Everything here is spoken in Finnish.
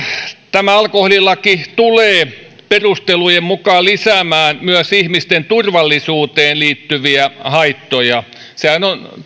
tämä alkoholilaki tulee perustelujen mukaan lisäämään myös ihmisten turvallisuuteen liittyviä haittoja sehän on